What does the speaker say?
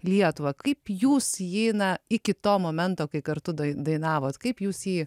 lietuvą kaip jūs jį na iki to momento kai kartu dai dainavote kaip jūs jį